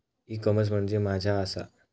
E commerce म्हणजे मझ्या आसा?